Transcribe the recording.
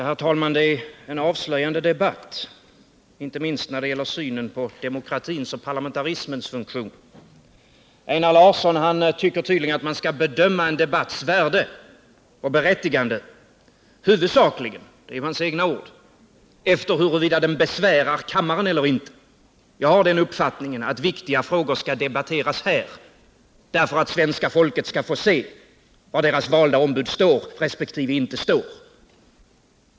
Herr talman! Detta är en avslöjande debatt inte minst när det gäller synen på demokratins och parlamentarismens funktion. Einar Larsson tycker tydligen att man skall bedöma en debatts värde och berättigande huvudsakligen — det är hans egna ord — efter huruvida den besvärar kammaren eller inte. Jag har den uppfattningen att viktiga frågor skall debatteras här för att svenska folket skall få se var dess valda ombud står resp. inte står.